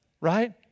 right